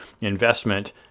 investment